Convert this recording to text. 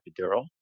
epidural